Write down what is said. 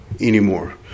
anymore